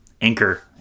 anchor